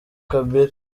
kabila